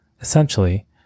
Essentially